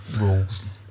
rules